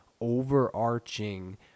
overarching